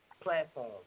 platform